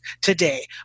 today